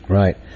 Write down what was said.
right